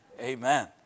Amen